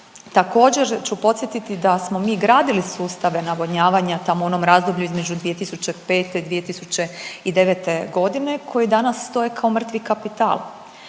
Također ću podsjetiti da smo mi gradili sustave navodnjavanja tamo u onom razdoblju između 2005.-2009. g. koji danas stoje kao mrtvi kapital.